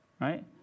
Right